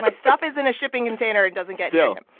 but stuff is in a shipping container. it doesn't get yeah in.